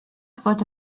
sollte